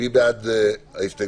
" מי בעד ההסתייגות?